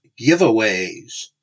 giveaways